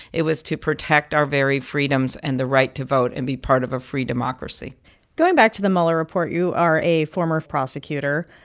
it was to protect our very freedoms and the right to vote and be part of a free democracy going back to the mueller report, you are a former prosecutor.